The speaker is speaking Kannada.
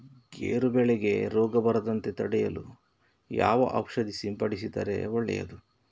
ಗೇರು ಬೆಳೆಗೆ ರೋಗ ಬರದಂತೆ ತಡೆಯಲು ಯಾವ ಔಷಧಿ ಸಿಂಪಡಿಸಿದರೆ ಒಳ್ಳೆಯದು?